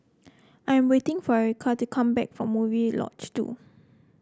I am waiting for Erica to come back from Murai Lodge Two